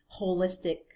holistic